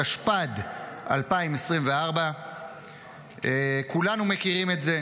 התשפ"ד 2024. כולנו מכירים את זה,